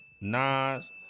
Nas